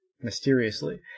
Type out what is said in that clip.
mysteriously